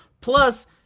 plus